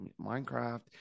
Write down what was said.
Minecraft